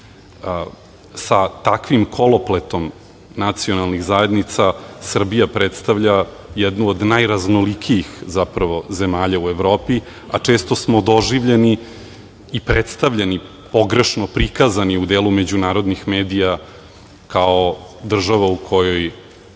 takvim kolopletom nacionalnih zajednica Srbija predstavlja jednu od najraznolikijih zapravo zemalja u Evropi, a često smo doživljeni i predstavljeni, pogrešno prikazan je u delu međunarodnih medija kao država u kojoj